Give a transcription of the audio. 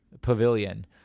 pavilion